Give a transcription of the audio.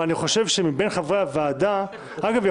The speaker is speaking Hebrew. אגב,